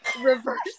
reverse